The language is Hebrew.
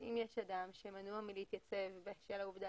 אם יש אדם שמנוע מלהתייצב בשל העובדה